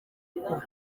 kwa